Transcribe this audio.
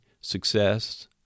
success